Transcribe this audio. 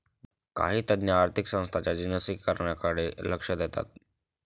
काही तज्ञ आर्थिक संस्थांच्या जिनसीकरणाकडे कल देतात